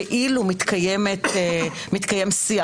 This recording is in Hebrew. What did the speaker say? כאילו מתקיים שיח,